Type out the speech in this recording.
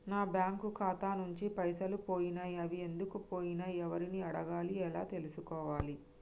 నా బ్యాంకు ఖాతా నుంచి పైసలు పోయినయ్ అవి ఎందుకు పోయినయ్ ఎవరిని అడగాలి ఎలా తెలుసుకోవాలి?